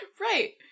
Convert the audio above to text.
Right